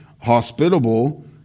hospitable